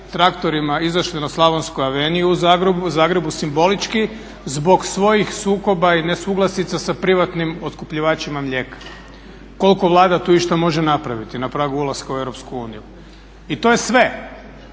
traktorima izašli na Slavonsku aveniju u Zagrebu simbolički zbog svojih sukoba i nesuglasica sa privatnim otkupljivačima mlijeka. Koliko Vlada tu išta može napraviti na pragu ulaska u EU? I to je sve,